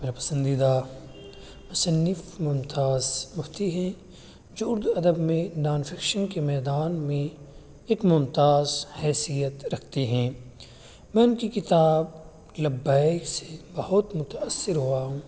میرا پسندیدہ مصنف ممتاز مفتی ہیں جو اردو ادب میں نان فکشن کے میدان میں ایک ممتاز حیثیت رکھتے ہیں میں ان کی کتاب لبیک سے بہت متأثر ہوا ہوں